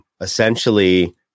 Essentially